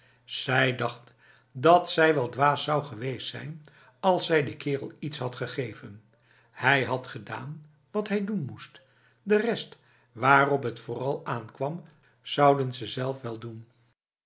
zij dacht dat zij wel dwaas zou geweest zijn als zij die kerel iets had gegeven hij had gedaan wat hij doen moest de rest waarop het vooral aankwam zouden ze zelf wel doen